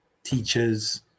teachers